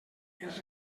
els